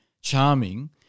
charming